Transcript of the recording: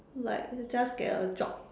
like just get a job